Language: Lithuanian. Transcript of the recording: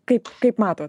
kaip kaip matot